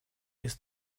ist